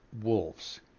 wolves